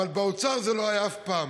אבל באוצר זה לא היה אף פעם.